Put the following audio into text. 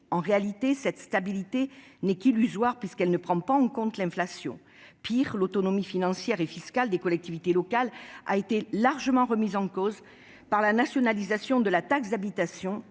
En réalité, cette stabilité n'est même qu'illusoire, puisqu'elle ne prend pas en compte l'inflation. Qui pis est, l'autonomie financière et fiscale des collectivités locales a été largement remise en cause par la nationalisation de la taxe d'habitation,